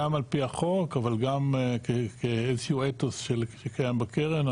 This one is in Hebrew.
גם על פי החוק, אבל גם כאיזשהו אתוס שקיים בקרן.